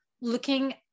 looking